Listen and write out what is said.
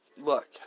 Look